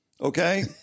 okay